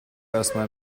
erstmal